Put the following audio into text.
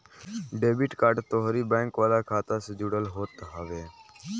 debit card तोहरी bank वाला खाता से जुड़ल होत हवे